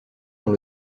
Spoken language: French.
dans